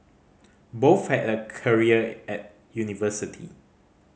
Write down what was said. both had a career at university